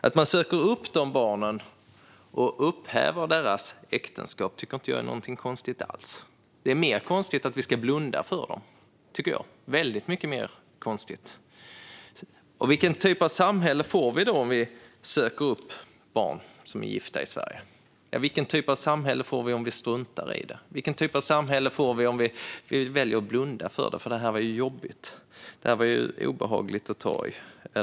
Att man söker upp de barnen och upphäver deras äktenskap tycker jag inte alls är någonting konstigt. Det är mer konstigt att vi ska blunda för detta. Vilken typ av samhälle får vi om vi söker upp barn som är gifta i Sverige? Vilken typ av samhälle får vi om vi struntar i det? Vilken typ av samhälle får vi om vi väljer att blunda för det för att det är jobbigt och obehagligt att ta i?